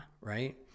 Right